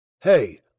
Hey